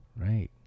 right